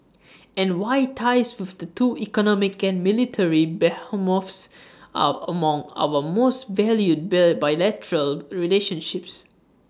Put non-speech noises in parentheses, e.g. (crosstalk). and why ties with the two economic and military behemoths are among our most valued (unintelligible) bilateral relationships